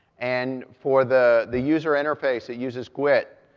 and for the the user interface, it uses gwt.